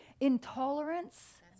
intolerance